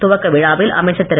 துவக்க விழாவில் அமைச்சர் திரு